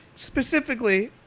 Specifically